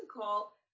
call